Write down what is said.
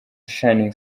shining